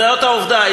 זאת העובדה.